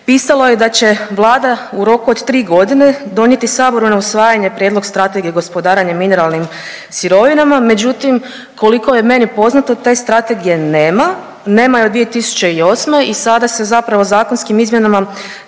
pisalo je da će Vlada u roku od tri godine donijeti Saboru na usvajanje Prijedlog strategije gospodarenja mineralnim sirovinama, međutim koliko je meni poznato te strategije nama, nema je od 2008. i sada se zapravo zakonskim izmjenama